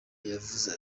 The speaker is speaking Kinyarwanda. yavuze